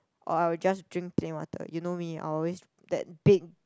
or I will just drink plain water you know me I'll always that big